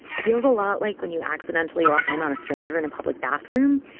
it feels a lot like when you accidentally walk in on a stranger in a public bathroom.